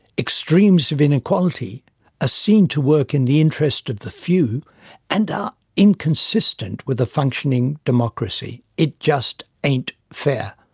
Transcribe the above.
extremes of inequality are ah seen to work in the interest of the few and are inconsistent with a functioning democracy. it just ain't fair.